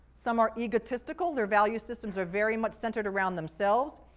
some are egotistical. their value systems are very much centered around themselves,